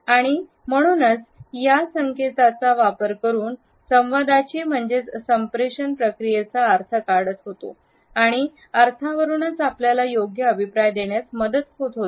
आणि या संख्येचा वरूनच आपण संवादाची म्हणजेच संप्रेशन प्रक्रियेचा अर्थ काढत होतो आणि अर्थ वरूनच आपल्याला योग्य अभिप्राय देण्यास मदत होत होती